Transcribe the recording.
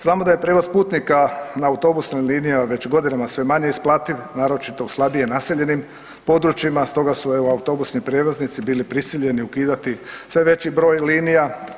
Znamo da je prijevoz putnika na autobusnim linijama već godinama sve manje isplativ, naročito u slabije naseljenim područjima, stoga su evo autobusni prijevoznici bili prisiljeni ukidati sve veći broj linija.